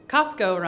Costco